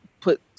put